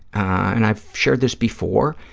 and i've shared this before,